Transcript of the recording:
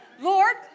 Lord